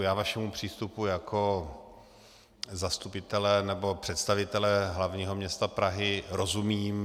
Já vašemu přístupu jako zastupitele nebo představitele hlavního města Prahy rozumím.